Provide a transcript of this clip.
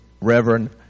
Reverend